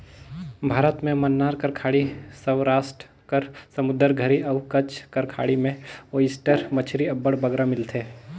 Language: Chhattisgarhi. भारत में मन्नार कर खाड़ी, सवरास्ट कर समुंदर घरी अउ कच्छ कर खाड़ी में ओइस्टर मछरी अब्बड़ बगरा मिलथे